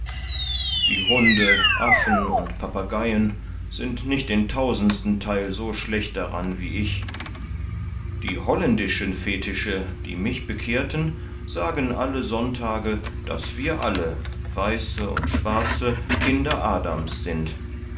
die hunde affen und papageien sind nicht den tausendsten theil so schlecht daran wie ich die holländische fetische die mich bekehrten sagen alle sonntage daß wir alle weiße und schwarze kinder adam's sind